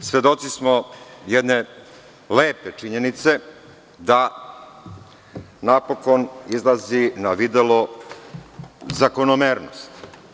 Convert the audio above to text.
svedoci smo jedne lepe činjenice, da napokon izlazi na videlo zakonomernost.